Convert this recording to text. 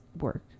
work